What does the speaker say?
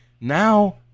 Now